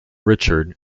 richard